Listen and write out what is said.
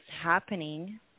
happening